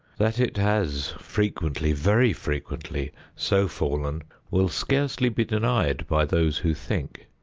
that it has frequently, very frequently, so fallen will scarcely be denied by those who think.